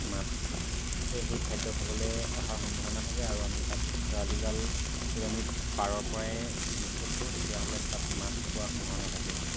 মাছে সেই খাদ্য খাবলৈ অহাৰ সম্ভাৱনা থাকে আৰু আমি তাত খেৱালি জাল লৈ আমি পাৰৰ পৰাই নিক্ষেপ কৰোঁ তেতিয়াহ'লে তাত মাছ পোৱাৰ সম্ভাৱনা থাকে